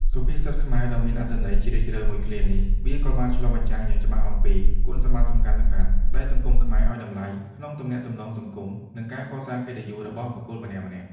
សុភាសិតខ្មែរដ៏មានអត្ថន័យជ្រាលជ្រៅមួយឃ្លានេះ វាក៏បានឆ្លុះបញ្ចាំងយ៉ាងច្បាស់អំពី គុណសម្បត្តិសំខាន់ៗដែលសង្គមខ្មែរឱ្យតម្លៃ ក្នុងទំនាក់ទំនងសង្គម និងការកសាងកិត្តិយសរបស់បុគ្គលម្នាក់ៗ។